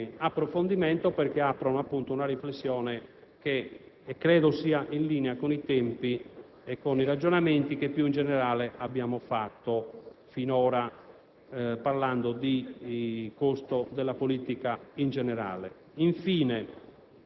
certamente interessanti e meritevoli di approfondimento perché aprono una riflessione che è in linea con i tempi e con i ragionamenti che abbiamo fatto finora